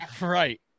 Right